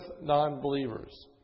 non-believers